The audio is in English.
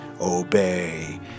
obey